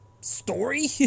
story